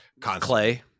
clay